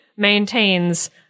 maintains